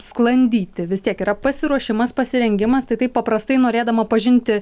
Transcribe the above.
sklandyti vis tiek yra pasiruošimas pasirengimas tai taip paprastai norėdama pažinti